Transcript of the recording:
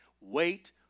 Wait